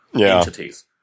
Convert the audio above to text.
entities